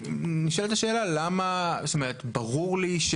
ברור לי,